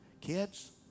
kids